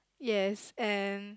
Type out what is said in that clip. yes and